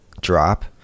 drop